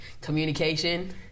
communication